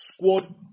squad